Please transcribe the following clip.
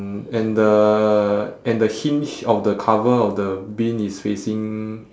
and the and the hinge of the cover of the bin is facing